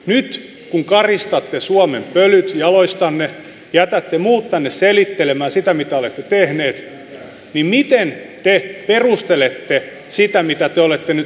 nyt kun karistatte suomen pölyt jaloistanne jätätte muut tänne selittelemään sitä mitä olette tehneet niin miten te perustelette sitä mitä te olette nyt tehneet